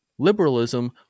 Liberalism